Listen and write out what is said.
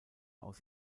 aus